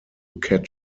cat